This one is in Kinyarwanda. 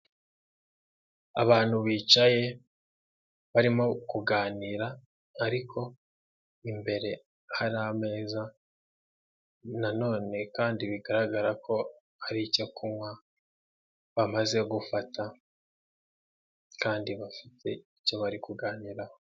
Abantu bicaye, barimo kuganira ariko imbere hari ameza, nanone kandi bigaragara ko hari icyo kunywa bamaze gufata, kandi bafite icyo bari kuganiraho.